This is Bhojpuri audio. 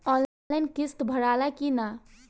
आनलाइन किस्त भराला कि ना?